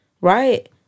right